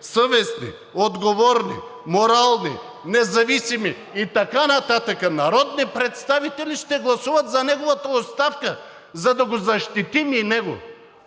свестни, отговорни, морални, независими и така нататък народни представители ще гласуват за неговата оставка, за да защитим и него.